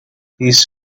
this